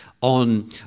on